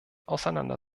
auseinander